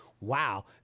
Wow